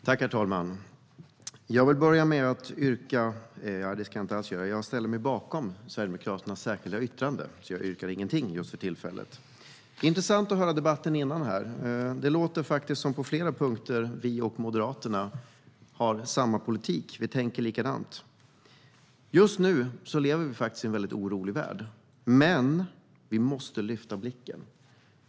Herr talman! Jag ställer mig bakom Sverigedemokraternas särskilda yttrande, men jag yrkar ingenting just för tillfället. Det har varit intressant att höra debatten hittills. Det låter faktiskt som att vi och Moderaterna på flera punkter har samma politik och tänker likadant. Just nu lever vi i en väldigt orolig värld, men vi måste lyfta blicken.